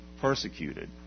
persecuted